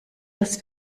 das